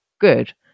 good